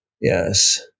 Yes